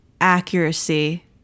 accuracy